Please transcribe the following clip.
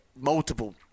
multiple